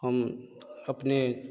हम अपने